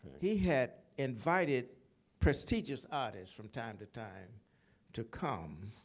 he had invited prestigious artists from time-to-time to come.